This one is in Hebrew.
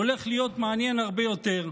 הולך להיות מעניין הרבה יותר.